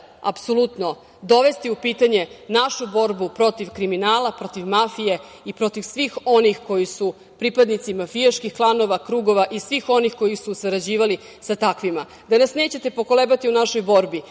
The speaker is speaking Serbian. nikada dovesti u pitanje našu borbu protiv kriminala, protiv mafije i protiv svih onih koji su pripadnici mafijaških klanova, krugova i svih onih koji su sarađivali sa takvima, da nas nećete pokolebati u našoj borbi